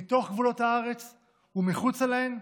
מתוך גבולות הארץ ומחוצה להם,